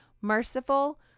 Merciful